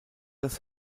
das